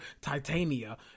Titania